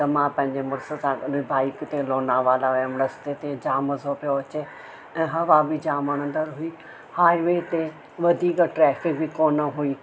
त मां पंहिंजे मुड़ुस सां गॾु बाइक ते लोनावला वयमि रस्ते ते जाम मज़ो पियो अचे ऐं हवा बि जाम वणंदड़ु हुई हाइवे ते वधीक ट्रैफिक बि कोन हुई